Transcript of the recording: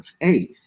hey